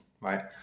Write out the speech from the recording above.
right